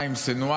תאלץ.